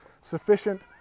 sufficient